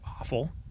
awful